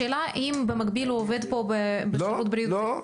השאלה אם במקביל הוא עובד פה בשירות --- לא.